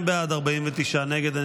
32 בעד, 49 נגד.